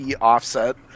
offset